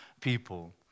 people